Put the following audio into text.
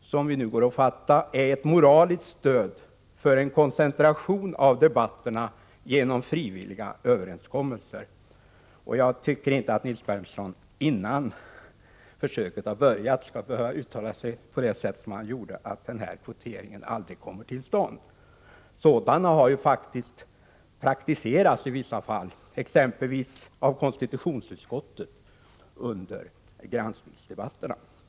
som vi går att fatta är ett moraliskt stöd för en koncentration av debatterna genom frivilliga överenskommelser. Jag tycker inte att Nils Berndtson, innan försöket har börjat, skall uttala sig på det sätt han gjorde att kvoteringen aldrig kommer till stånd. Sådana frivilliga överenskommelser har ju praktiserats i vissa fall. Exempelvis av konstitutionsutskottet under granskningsdebatterna.